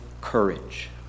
courage